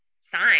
sign